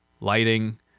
lighting